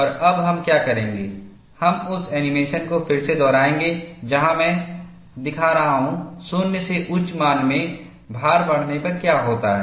और अब हम क्या करेंगे हम उस एनीमेशन को फिर से दोहराएंगे जहां मैं दिखा रहा हूं 0 से उच्च मान में भार बढ़ने पर क्या होता है